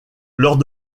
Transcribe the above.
lors